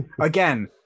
Again